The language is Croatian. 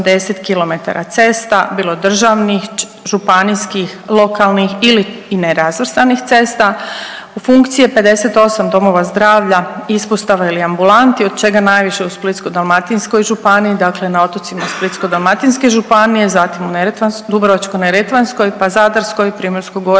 kilometara cesta bilo državnih, županijskih lokalnih ili i nerazvrstanih cesta, u funkciji je 58 domova zdravlja, ispostava ili ambulanti od čega najviše u Splitsko-dalmatinskoj županije, dakle na otocima Splitsko-dalmatinske županije, zatim u Dubrovačko-neretvanskoj, pa Zadarskoj, Primorsko-goranskoj,